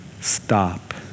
stop